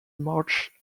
marsh